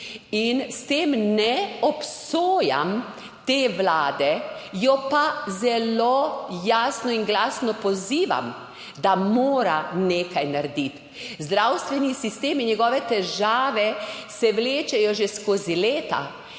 S tem ne obsojam te vlade, jo pa zelo jasno in glasno pozivam, da mora nekaj narediti. Zdravstveni sistem in njegove težave se vlečejo že skozi leta,